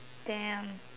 damn